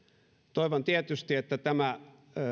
toivon tietysti että tämä